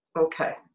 Okay